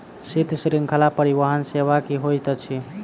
शीत श्रृंखला परिवहन सेवा की होइत अछि?